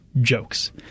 jokes